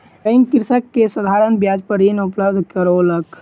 bank कृषक के साधारण ब्याज पर ऋण उपलब्ध करौलक